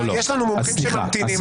יש לנו מומחים שממתינים,